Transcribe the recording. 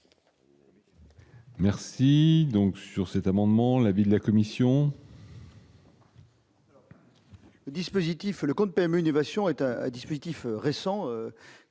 Merci donc sur cet amendement, l'avis de la commission.